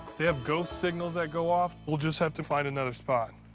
they have ghost signals that go off. we'll just have to find another spot.